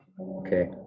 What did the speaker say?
Okay